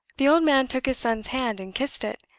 the old man took his son's hand and kissed it.